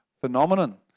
phenomenon